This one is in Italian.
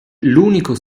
l’unico